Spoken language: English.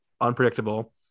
unpredictable